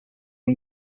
are